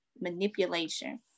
manipulation